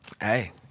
hey